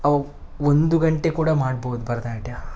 ಅವು ಒಂದು ಗಂಟೆ ಕೂಡ ಮಾಡ್ಬೋದು ಭರತನಾಟ್ಯ